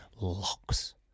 locks